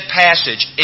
passage